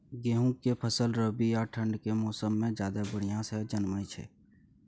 गेहूं के फसल रबी आ ठंड के मौसम में ज्यादा बढ़िया से जन्में छै?